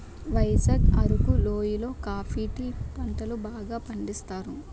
వైజాగ్ అరకు లోయి లో coffee tea పంటలను బాగా పండించుతారు